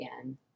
again